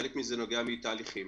חלק מזה נובע מתהליכים.